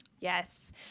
Yes